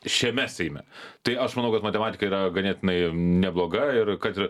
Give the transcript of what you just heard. šiame seime tai aš manau kad matematika yra ganėtinai nebloga ir kad ir